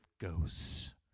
ghosts